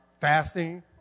fasting